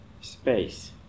Space